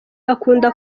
akunda